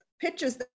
pictures